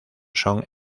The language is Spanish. son